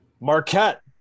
Marquette